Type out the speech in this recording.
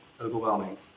overwhelming